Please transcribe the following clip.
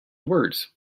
words